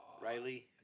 Riley